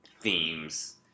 themes